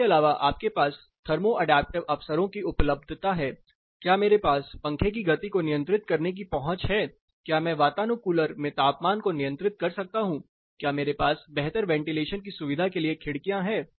इसके अलावा आपके पास थर्मो अडैप्टिव अवसरों की उपलब्धता है क्या मेरे पास पंखे की गति को नियंत्रित करने की पहुंच है क्या मैं वातानुकूलर में तापमान को नियंत्रित कर सकता हूं क्या मेरे पास बेहतर वेंटिलेशन की सुविधा के लिए खिड़कियां है